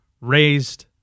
raised